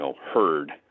herd